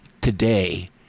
today